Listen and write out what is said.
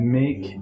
make